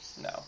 No